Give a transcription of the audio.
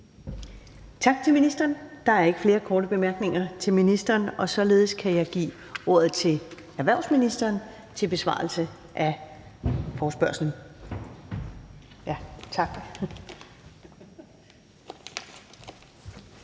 Tak til ministeren. Der er ikke flere korte bemærkninger til ministeren. Således kan jeg give ordet til erhvervsministeren til besvarelse af forespørgslen.